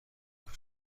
دکتر